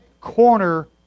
Corner